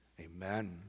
Amen